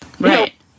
right